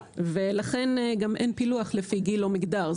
ולכן גם אין פילוח לפי גיל או מגדר.